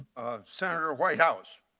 senator whitehouse.